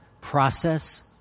process